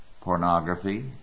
pornography